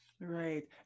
Right